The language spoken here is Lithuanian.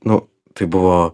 nu tai buvo